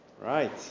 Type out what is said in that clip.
Right